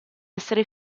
essere